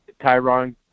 Tyron